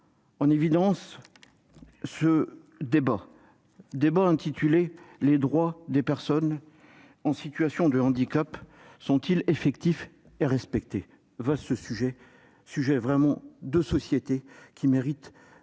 avec le débat sur le thème :« Les droits des personnes en situation de handicap sont-ils effectifs et respectés ?»